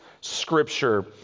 Scripture